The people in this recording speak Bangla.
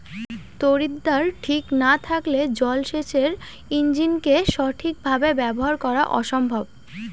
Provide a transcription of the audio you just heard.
তড়িৎদ্বার ঠিক না থাকলে জল সেচের ইণ্জিনকে সঠিক ভাবে ব্যবহার করা অসম্ভব